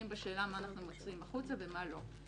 בשאלה מה אנחנו מוציאים החוצה ומה לא.